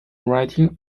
writing